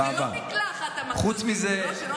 ראיתי עכשיו, המכת"זית לא עושה אמבטיה.